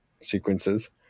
sequences